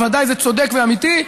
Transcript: ודאי שצודק ואמיתי.